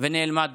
ונאלמה דום.